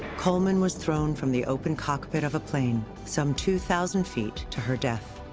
coleman was thrown from the open cockpit of a plane, some two thousand feet to her death.